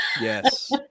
Yes